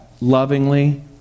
lovingly